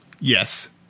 Yes